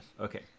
Okay